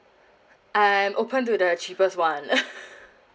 I'm open to the cheapest one